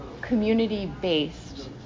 community-based